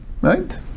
Right